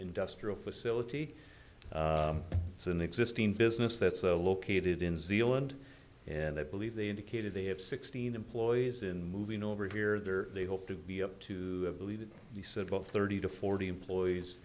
industrial facility it's an existing business that's a located in zealand and i believe they indicated they have sixteen employees in moving over here there they hope to be up to believe that he said about thirty to forty employees